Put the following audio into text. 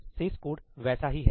और शेष कोड वैसा ही है